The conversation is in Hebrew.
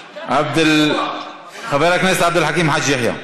חבר הכנסת עבד אל חכים חאג' יחיא,